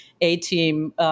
A-team